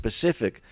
specific